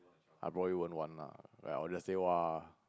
I probably won't want lah like I'll just say !woah!